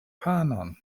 panon